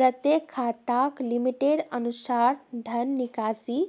प्रत्येक खाताक लिमिटेर अनुसा र धन निकासी